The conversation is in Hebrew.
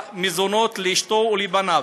מזונות לאשתו ולבניו.